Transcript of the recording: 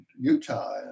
Utah